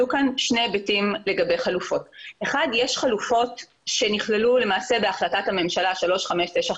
עלו כאן שני היבטים לחלופות: יש חלופות שנכללו בהחלטת הממשלה 3595